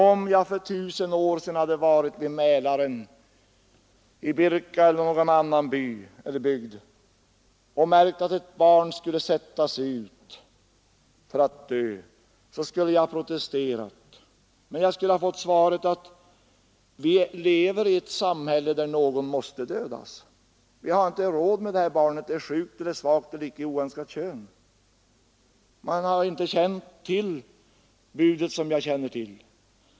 Om jag för tusen år sedan hade befunnit mig i Birka eller i någon annan by eller bygd vid Mälaren och försport att ett barn skulle sättas ut för att dö, så skulle jag ha protesterat. Men då skulle jag ha fått svaret att vi lever i ett samhälle där någon måste dödas. Vi har inte råd med det här barnet, skulle man ha sagt. Det är sjukt eller svagt eller av icke önskat kön. Då hade man inte känt till detta bud som jag känner till det.